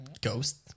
ghost